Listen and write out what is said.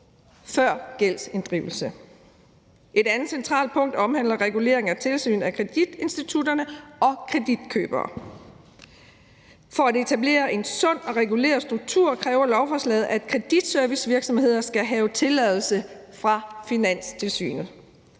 før gældsinddrivelse. Et andet centralt punkt omhandler regulering af tilsyn med kreditinstitutterne og kreditkøbere. For at etablere en sund og reguleret struktur kræver lovforslaget, at kreditservicevirksomheder skal have tilladelse fra Finanstilsynet.